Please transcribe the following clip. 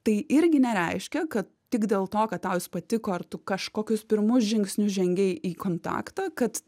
tai irgi nereiškia kad tik dėl to kad tau jis patiko ar tu kažkokius pirmus žingsnius žengei į kontaktą kad